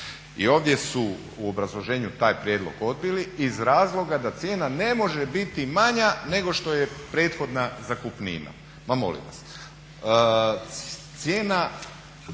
ovdje su u obrazloženju taj prijedlog odbili iz razloga da cijena ne može biti manja nego što je prethodna zakupnina,